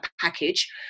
package